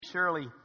Surely